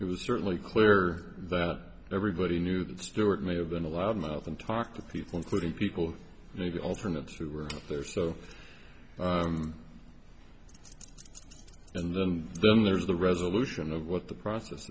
it was certainly clear that everybody knew that stewart may have been a loud mouth and talk to people including people maybe alternatives to were there so and then then there's the resolution of what the process